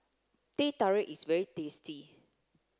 teh tarik is very tasty